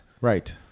Right